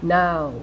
now